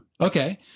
Okay